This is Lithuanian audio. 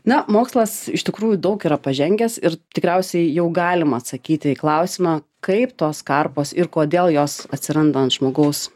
na mokslas iš tikrųjų daug yra pažengęs ir tikriausiai jau galima atsakyti į klausimą kaip tos karpos ir kodėl jos atsiranda ant žmogaus